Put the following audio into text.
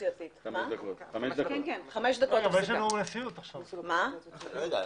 לדון בהחלטה ולהצביע יש עוד כמה דברים שאני